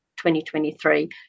2023